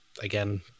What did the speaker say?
again